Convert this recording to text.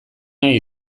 nahi